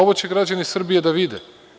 Ovo će građani Srbije da vide.